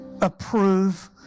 approve